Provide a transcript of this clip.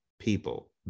people